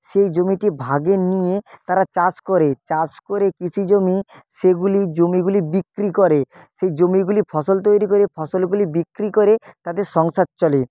সেই জমিটি ভাগে নিয়ে তারা চাষ করে চাষ করে কৃষি জমি সেগুলি জমিগুলি বিক্রি করে সেই জমিগুলি ফসল তৈরি করে ফসলগুলি বিক্রি করে তাদের সংসার চলে